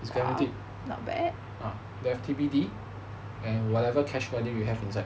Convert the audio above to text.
is guaranteed they have T_P_D and whatever cash value you have inside